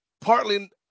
partly